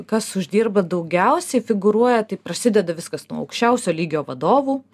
kas uždirba daugiausiai figūruoja tai prasideda viskas nuo aukščiausio lygio vadovų